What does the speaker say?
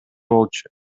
болчу